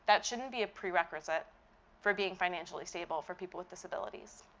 that shouldn't be a prerequisite for being financially stable for people with disabilities.